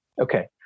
Okay